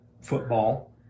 football